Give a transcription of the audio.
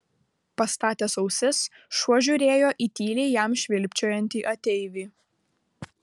pastatęs ausis šuo žiūrėjo į tyliai jam švilpčiojantį ateivį